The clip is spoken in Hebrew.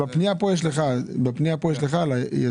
אני יודע, אבל בפנייה פה יש לך על היזום.